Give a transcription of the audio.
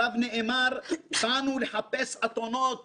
עליו נאמר: באנו לחפש אתונות